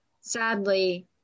sadly